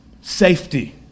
safety